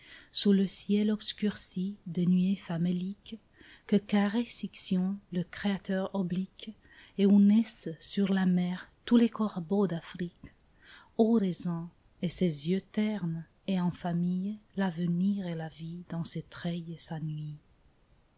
sous le ciel obscurci de nuées faméliques que caresse ixion le créateur oblique et où naissent sur la mer tous les corbeaux d'afrique ô raisins et ces yeux ternes et en famille l'avenir et la vie dans ces treilles s'ennuyent